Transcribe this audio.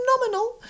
phenomenal